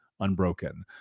Unbroken